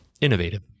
innovative